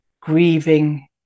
grieving